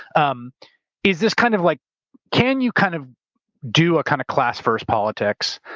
um is this kind of, like can you kind of do a kind of class first politics,